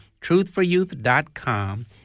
truthforyouth.com